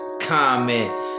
comment